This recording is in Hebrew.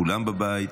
כולם בבית,